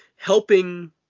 helping